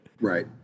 Right